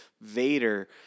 Vader